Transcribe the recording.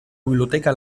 biblioteca